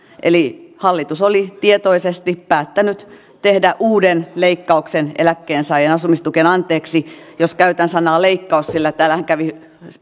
eli hallitus oli tietoisesti päättänyt tehdä uuden leikkauksen eläkkeensaajien asumistukeen anteeksi jos käytän sanaa leikkaus sillä täällähän kävi